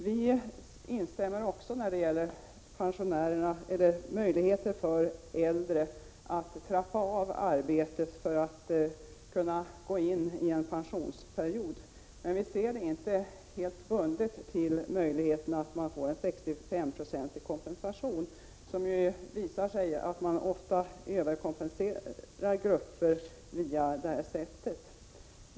Vi instämmer i att äldre bör ha möjlighet att trappa ner arbetet för att gå in i en pensionsperiod, men vi ser inte det helt bundet till en 65-procentig kompensation. Det har ju visat sig att man ofta överkompenserar grupper på det sättet.